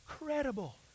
incredible